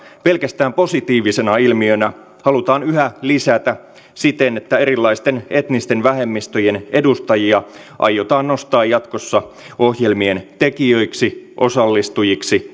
pelkästään positiivisena ilmiönä halutaan yhä lisätä siten että erilaisten etnisten vähemmistöjen edustajia aiotaan nostaa jatkossa ohjelmien tekijöiksi osallistujiksi